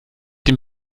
dem